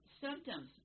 Symptoms